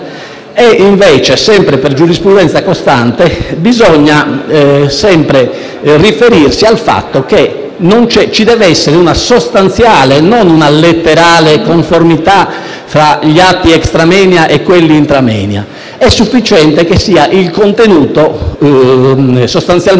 del reato, per giurisprudenza costante bisogna sempre riferirsi al fatto che ci deve essere una sostanziale e non una letterale conformità tra gli atti *extra moenia* e quelli *intra moenia*. È sufficiente che il contenuto sia sostanzialmente identico.